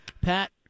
Pat